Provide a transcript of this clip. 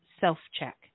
self-check